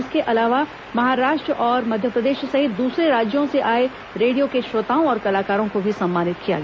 इसके अलावा महाराष्ट्र और मध्यप्रदेश सहित दूसरे राज्यों से आए रेडियो के श्रोताओं और कलाकारों को भी सम्मानित किया गया